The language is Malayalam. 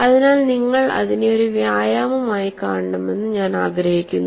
അതിനാൽ നിങ്ങൾ അതിനെ ഒരു വ്യായാമമായി കാണണമെന്ന് ഞാൻ ആഗ്രഹിക്കുന്നു